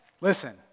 Listen